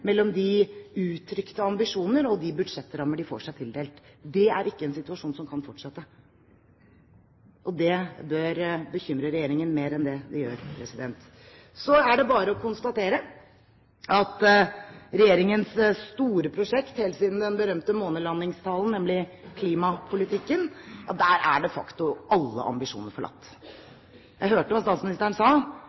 mellom de uttrykte ambisjoner og de budsjettrammer de får tildelt. Det er ikke en situasjon som kan fortsette, og det bør bekymre regjeringen mer enn det det gjør. Så er det bare å konstatere at regjeringens store prosjekt helt siden den berømte månelandingstalen, nemlig klimapolitikken – ja, der er de facto alle ambisjoner forlatt. Jeg hørte hva statsministeren sa,